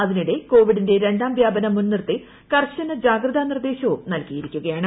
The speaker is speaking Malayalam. അതിനിടെ കോവിഡിന്റെ രണ്ടാം വ്യാപനം മുൻനിർത്തി കർശന ജാഗ്രതാ നിർദ്ദേശവും നൽകിയിരിക്കുകയാണ്